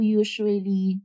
usually